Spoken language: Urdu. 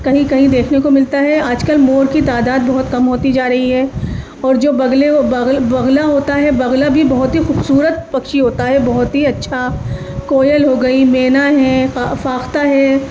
کہیں کہیں دیکھنے کو ملتا ہے آج کل مور کی تعداد بہت کم ہوتی جا رہی ہے اور جو بغلے بغلا ہوتا ہے بغلا بھی بہت ہی خوبصورت پکشی ہوتا ہے بہت ہی اچھا کویل ہو گئی مینا ہیں فاختہ ہے